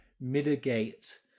mitigate